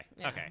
Okay